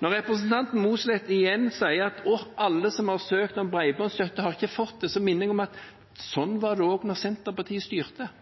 Når representanten Mossleth igjen sier at alle som har søkt om bredbåndsstøtte, ikke har fått det, minner jeg om at slik var det også da Senterpartiet styrte.